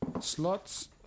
slots